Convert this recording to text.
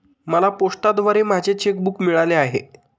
मला पोस्टाद्वारे माझे चेक बूक मिळाले आहे